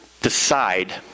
decide